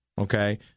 Okay